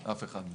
אף אחד.